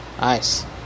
nice